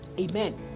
Amen